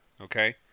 Okay